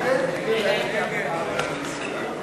סעיף 28, כהצעת הוועדה, נתקבל.